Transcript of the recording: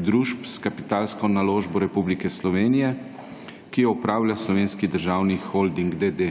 družb s kapitalsko naložbo Republike Slovenije, ki jo upravlja Slovenski državni holding d. d.,